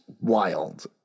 wild